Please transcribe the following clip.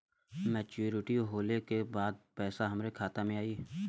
Maturity होले के बाद पैसा हमरे खाता में आई?